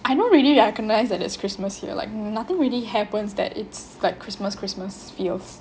I don't really recognise that it's christmas here like nothing really happens that it's like christmas christmas feels